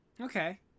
okay